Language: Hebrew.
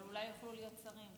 אבל אולי יוכלו להיות שרים.